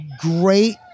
great